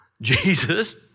Jesus